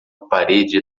parede